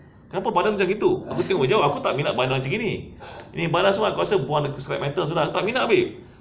kenapa badan macam gitu aku tengok dari jauh aku tak minat badan macam gini ini badan semua aku rasa buang dekat scrap metal sudah ni tak minat babe